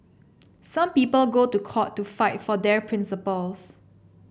some people go to court to fight for their principles